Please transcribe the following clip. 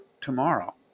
tomorrow